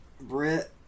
Brett